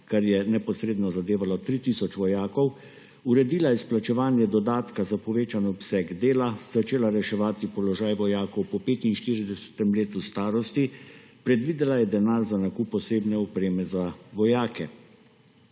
kar je neposredno zadevalo 3 tisoč vojakov, uredila izplačevanje dodatka za povečan obseg dela, začela reševati položaj vojakov po 45. letu starosti, predvidela je denar za nakup osebne opreme za vojake. Če